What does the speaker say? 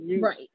Right